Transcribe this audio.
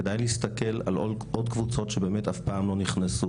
כדאי להסתכל על עוד קבוצות שבאמת אף פעם לא נכנסו.